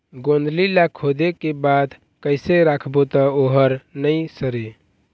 गोंदली ला खोदे के बाद कइसे राखबो त ओहर नई सरे?